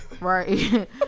right